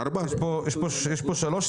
יש כאן שלוש.